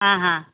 हां हां